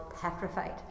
petrified